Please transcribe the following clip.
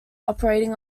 operating